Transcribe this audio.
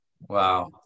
wow